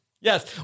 Yes